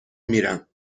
میرم